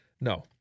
No